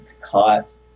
caught